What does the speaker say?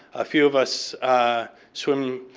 a few of us swim